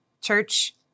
Church